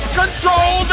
control